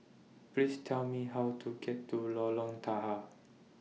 Please Tell Me How to get to Lorong Tahar